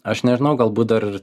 aš nežinau galbūt dar